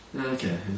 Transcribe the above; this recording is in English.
okay